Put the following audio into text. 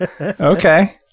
Okay